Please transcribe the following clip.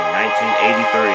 1983